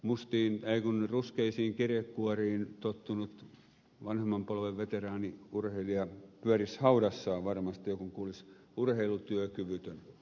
mustiin tai moni ruskeisiin kirjekuoriin tottunut vanhemman polven veteraaniurheilija pyörisi haudassaan varmasti jo kun kuulisi urheilutyökyvytön